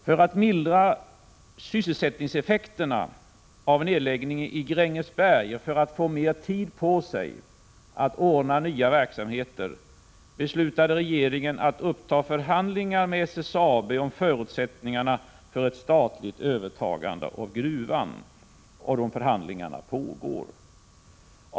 För att mildra sysselsättningseffekterna av nedläggning i Grängesberg och för att få mer tid att ordna nya verksamheter beslutade regeringen att uppta förhandlingar med SSAB om förutsättningarna för ett statligt övertagande av gruvan, och de förhandlingarna pågår.